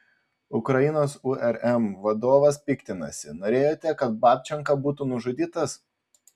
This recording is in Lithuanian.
ukrainos urm vadovas piktinasi norėjote kad babčenka būtų nužudytas